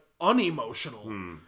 unemotional